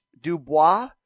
Dubois